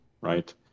right